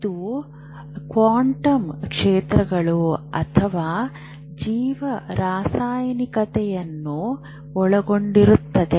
ಇದು ಕ್ವಾಂಟಮ್ ಕ್ಷೇತ್ರಗಳು ಅಥವಾ ಜೀವರಾಸಾಯನಿಕತೆಯನ್ನು ಒಳಗೊಂಡಿರುತ್ತದೆ